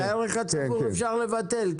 את הערך הצבור אפשר לבטל.